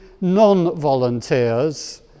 non-volunteers